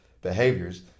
behaviors